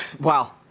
Wow